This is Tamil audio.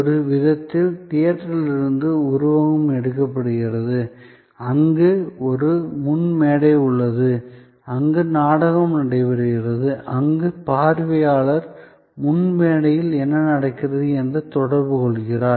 ஒரு விதத்தில் தியேட்டரிலிருந்து உருவகம் எடுக்கப்படுகிறது அங்கு ஒரு முன் மேடை உள்ளது அங்கு நாடகம் நடைபெறுகிறது அங்கு பார்வையாளர் முன் மேடையில் என்ன நடக்கிறது என்று தொடர்பு கொள்கிறார்